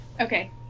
Okay